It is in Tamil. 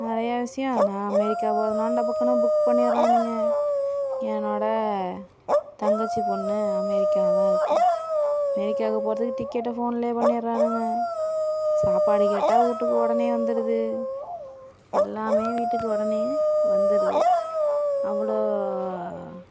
நிறையா விஷயம் நான் அமேரிக்கா போகிறதுனாலும் டபக்குனு புக் பண்ணிகிறானுங்க என்னோட தங்கச்சி பொண்ணு அமேரிக்காவில் தான் இருக்குது அமேரிக்காவுக்கு போகிறதுக்கு டிக்கெட்டை ஃபோனிலே பண்ணிகிறானுங்க சாப்பாடு கேட்டால் வீட்டுக்கு உடனே வந்துடுது எல்லாமே வீட்டுக்கு உடனே வந்துடுது அவ்வளோ